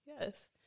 yes